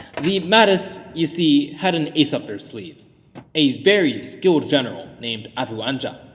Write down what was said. the mahdists, you see, had an ace up their sleeve a very skilled general named abu anja.